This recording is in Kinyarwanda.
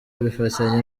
abifatanya